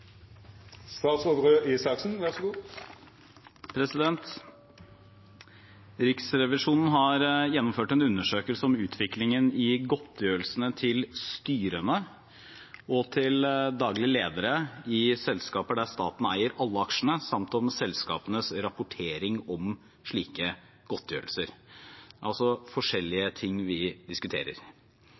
Riksrevisjonen har gjennomført en undersøkelse om utviklingen i godtgjørelsene til styrene og til daglig ledere i selskaper der staten eier alle aksjene, samt om selskapenes rapportering om slike godtgjørelser – altså forskjellige ting vi diskuterer.